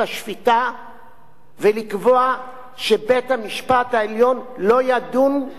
ולקבוע שבית-המשפט העליון לא ידון בנושאים חוקתיים.